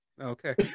Okay